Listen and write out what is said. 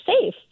safe